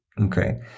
Okay